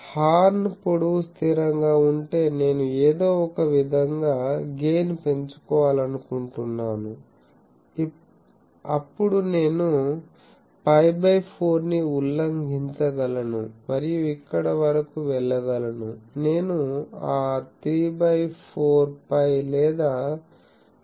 horn పొడవు స్థిరంగా ఉంటే నేను ఏదో ఒకవిధంగా గెయిన్ పెంచుకోవాలనుకుంటున్నాను అప్పుడు నేను π బై 4 ని ఉల్లంఘించగలను మరియు ఇక్కడ వరకు వెళ్లగలను నేను ఆ 3 బై 4π లేదా 0